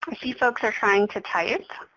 see folks are trying to type.